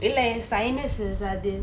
இல்ல என்:illa en sinus seesa அது:athu